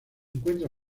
encuentra